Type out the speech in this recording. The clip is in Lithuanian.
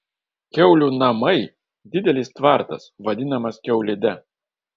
kiaulių namai didelis tvartas vadinamas kiaulide